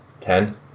ten